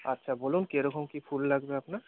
আচ্ছা বলুন কী রকম কী ফুল লাগবে আপনার